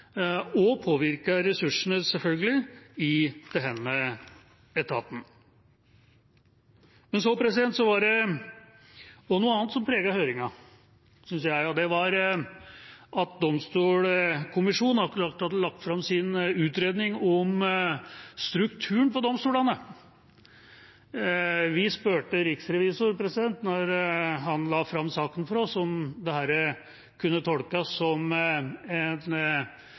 ressursene, selvfølgelig, i denne etaten. Men det var også noe annet som preget høringen, synes jeg, og det var at Domstolkommisjonen akkurat hadde lagt fram sin utredning om strukturen for domstolene. Vi spurte riksrevisoren da han la fram saken for oss, om dette kunne tolkes som en